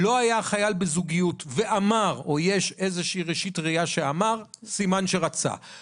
לא היה החייל בזוגיות ואמר או יש איזושהי ראשית ראייה שאמר סימן שרצה.